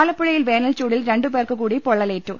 ആലപ്പുഴയിൽ വേനൽച്ചൂടിൽ രണ്ടുപേർക്ക് കൂടി പൊള്ളലേറ്റു